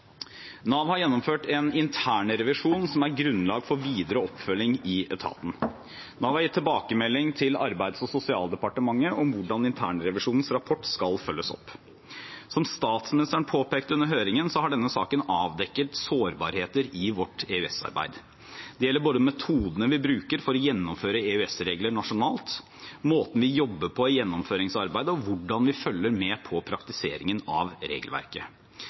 Nav har gjennomført en internrevisjon som er grunnlag for videre oppfølging i etaten. Nav har gitt tilbakemelding til Arbeids- og sosialdepartementet om hvordan internrevisjonens rapport skal følges opp. Som statsministeren påpekte under høringen, har denne saken avdekket sårbarheter i vårt EØS-arbeid. Det gjelder både metodene vi bruker for å gjennomføre EØS-regler nasjonalt, måten vi jobber på i gjennomføringsarbeidet, og hvordan vi følger med på praktiseringen av regelverket.